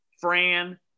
Fran –